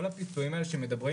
הסיוע שמדברים